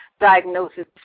diagnosis